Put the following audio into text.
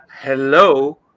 Hello